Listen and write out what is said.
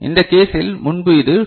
இந்த கேசில் முன்பு இது 2